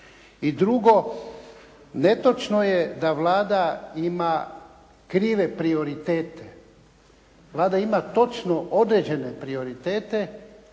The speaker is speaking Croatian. I drugo, netočno je da Vlada ima krive prioritete. Vlada ima točno određene prioritete